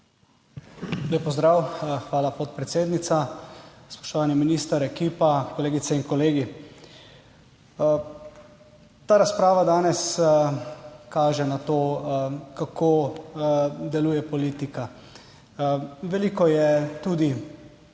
Lep pozdrav! Hvala podpredsednica. Spoštovani minister, ekipa, kolegice in kolegi! Ta razprava danes kaže na to, kako deluje politika. Veliko je tudi